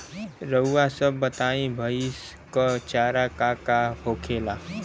रउआ सभ बताई भईस क चारा का का होखेला?